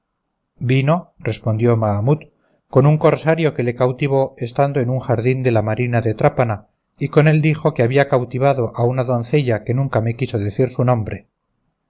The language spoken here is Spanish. vino respondió mahamut con un cosario que le cautivó estando en un jardín de la marina de trápana y con él dijo que habían cautivado a una doncella que nunca me quiso decir su nombre